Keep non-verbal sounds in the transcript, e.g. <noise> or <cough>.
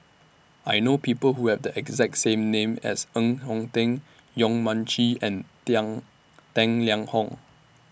I know People Who Have The exact same name as Ng Eng Teng Yong Mun Chee and <unintelligible> Tang Liang Hong